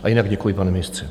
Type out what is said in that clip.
A jinak děkuji, pane ministře.